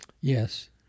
Yes